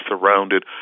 surrounded